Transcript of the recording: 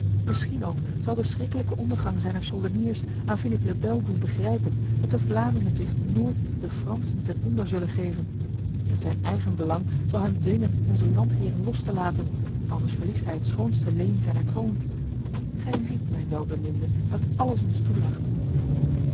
misschien ook zal de schriklijke ondergang zijner soldeniers aan philippe le bel doen begrijpen dat de vlamingen zich nooit de fransen ten onder zullen geven zijn eigen belang zal hem dwingen onze landheren los te laten anders verliest hij het schoonste leen zijner kroon gij ziet mijn welbeminde dat alles ons toelacht